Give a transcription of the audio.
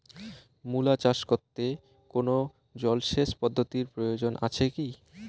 মূলা চাষ করতে কোনো জলসেচ পদ্ধতির প্রয়োজন আছে কী?